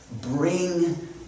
Bring